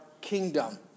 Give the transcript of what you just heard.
kingdom